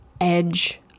edge